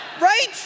Right